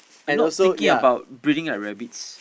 and not thinking about breeding like rabbits